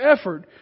effort